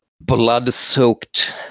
blood-soaked